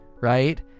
right